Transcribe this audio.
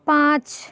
पाँच